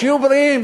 שיהיו בריאים,